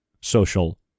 social